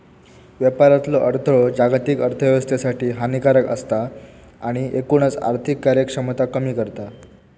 व्यापारातलो अडथळो जागतिक अर्थोव्यवस्थेसाठी हानिकारक असता आणि एकूणच आर्थिक कार्यक्षमता कमी करता